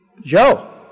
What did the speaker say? Joe